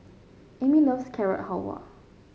Amie loves Carrot Halwa